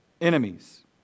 enemies